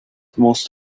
most